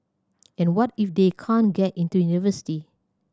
and what if they can't get into university